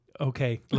Okay